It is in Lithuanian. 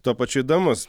tuo pačiu įdomus